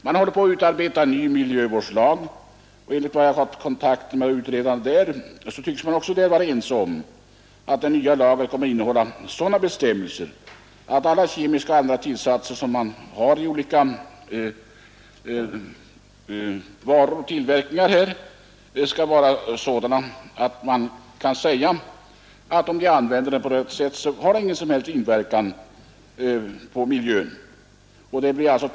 Man är i färd med att utarbeta en ny miljövårdslag. Enligt vad jag erfarit av utredaren tycks man också där vara ense om att den nya lagen kommer att innehålla sådana bestämmelser att alla kemiska och andra tillsatser skall vara av sådan beskaffenhet att de inte har någon som helst inverkan på miljön om man använder dem på rätt sätt.